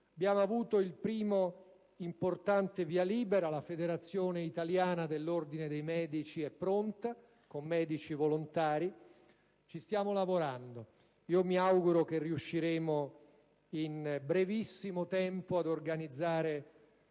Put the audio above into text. Abbiamo avuto il primo, importante via libera: la Federazione italiana dell'Ordine dei medici è pronta, con medici volontari. Ci stiamo lavorando. Mi auguro che riusciremo in brevissimo tempo, chiedendo